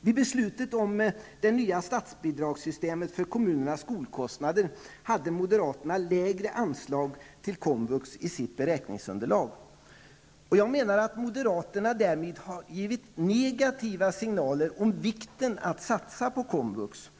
Vid beslutet om det nya statsbidragssystemet för kommunernas skolkostnader hade moderaterna lägre anslag till komvux i sitt beräkningsunderlag. Jag menar att moderaterna därvid har givit negativa signaler om vikten av att satsa på komvux.